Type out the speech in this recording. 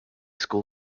school